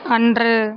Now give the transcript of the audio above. அன்று